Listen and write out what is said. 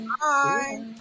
Bye